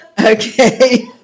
Okay